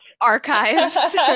archives